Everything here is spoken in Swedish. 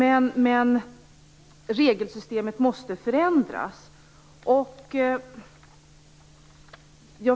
Men regelsystemet måste förändras.